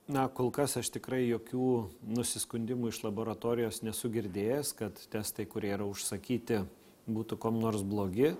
na kol kas aš tikrai jokių nusiskundimų iš laboratorijos nesu girdėjęs kad testai kurie yra užsakyti būtų kuom nors blogi